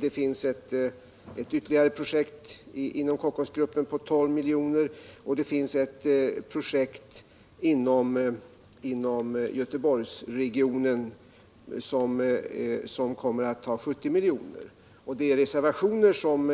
Det finns ytterligare ett projekt inom Kockumsgruppen på 12 miljoner och ett projekt inom Göteborgsregionen som kommer att ta 70 miljoner. Det är reservationer som